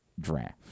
draft